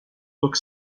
look